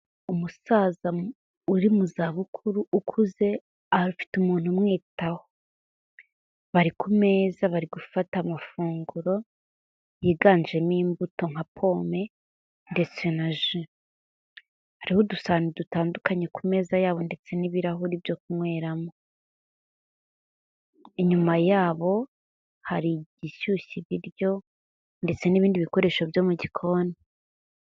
Umusaza uri mu zabukuru ukuze, afite umuntu umwitaho, bari ku meza bari gufata amafunguro yiganjemo imbuto nka pome, ndetse na ji, hariho udusahane dutandukanye ku meza yabo ndetse n'ibirahuri byo kunyweramo, inyuma yabo hari ishyushya ibiryo, ndetse n'ibindi bikoresho byo mu gikoni.